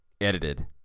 edited